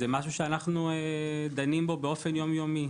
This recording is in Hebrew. זה משהו שאנחנו דנים בו באופן יומיומי,